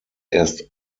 erst